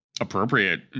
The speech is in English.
appropriate